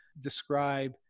describe